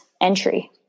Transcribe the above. entry